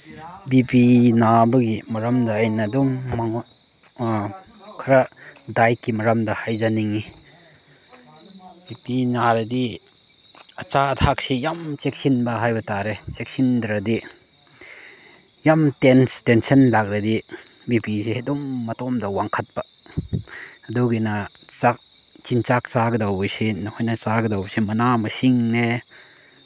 B P ꯅꯥꯕꯒꯤ ꯃꯔꯝꯗ ꯑꯩꯅ ꯑꯗꯨꯝ ꯈꯔ ꯗꯥꯏꯠꯀꯤ ꯃꯔꯝꯗ ꯍꯥꯏꯖꯅꯤꯡꯉꯤ ꯕꯤ ꯄꯤ ꯅꯥꯔꯗꯤ ꯑꯆꯥ ꯑꯊꯛꯁꯤ ꯌꯥꯝ ꯆꯦꯛꯁꯤꯟꯕ ꯍꯥꯏꯕ ꯇꯥꯔꯦ ꯆꯦꯛꯁꯤꯟꯗ꯭ꯔꯗꯤ ꯌꯥꯝ ꯇꯦꯟꯁꯟ ꯂꯥꯛꯂꯗꯤ ꯕꯤ ꯄꯤꯁꯦ ꯑꯗꯨꯝ ꯃꯇꯣꯝꯇ ꯋꯥꯡꯈꯠꯄ ꯑꯗꯨꯒꯤꯅ ꯆꯥꯛ ꯆꯤꯟꯖꯥꯛ ꯆꯥꯒꯗꯧꯕꯁꯤ ꯅꯈꯣꯏꯅ ꯆꯥꯒꯗꯧꯕꯁꯤ ꯃꯅꯥ ꯃꯁꯤꯡꯅꯦ